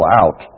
out